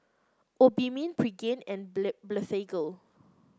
Obimin Pregain and Blephagel